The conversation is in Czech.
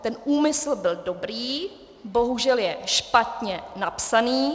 Ten úmysl byl dobrý, bohužel je špatně napsaný.